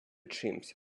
чимсь